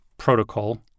protocol